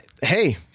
Hey